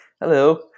Hello